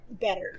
better